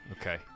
okay